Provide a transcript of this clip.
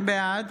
בעד